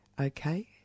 Okay